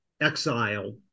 exile